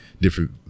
different